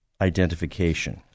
identification